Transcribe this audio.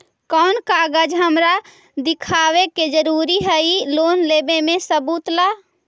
कौन कागज हमरा दिखावे के जरूरी हई लोन लेवे में सबूत ला?